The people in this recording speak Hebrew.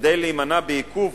כדי להימנע מעיכוב